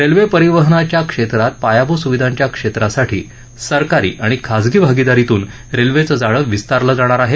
railway परिवहनाच्या क्षेत्रात पायाभूत सुविधांच्या क्षेत्रासाठी सरकारी आणि खाजगी भागिदारीतून रेल्वेचं जाळं विस्तारलं जाणार आहे